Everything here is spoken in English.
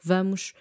Vamos